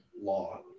law